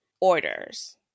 orders